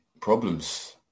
problems